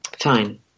Fine